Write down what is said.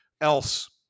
else